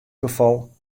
gefal